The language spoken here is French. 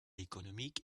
économique